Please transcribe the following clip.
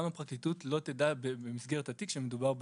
הפרקליטות לא תדע במסגרת התיק שמדובר ברופא.